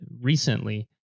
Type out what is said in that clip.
recently